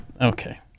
Okay